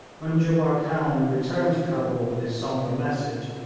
when jubbar khan returned to cabul with his sombre message,